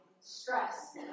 stress